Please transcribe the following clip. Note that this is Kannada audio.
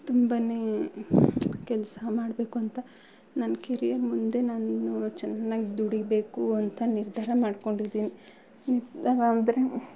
ತುಂಬಾ ಕೆಲಸ ಮಾಡಬೇಕು ಅಂತ ನನ್ನ ಕೆರಿಯರ್ ಮುಂದೆ ನಾನು ಚೆನ್ನಾಗ್ ದುಡಿಬೇಕು ಅಂತ ನಿರ್ಧಾರ ಮಾಡ್ಕೊಂಡಿದ್ದಿನಿ ನಿರ್ಧಾರ ಅಂದರೆ